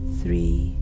three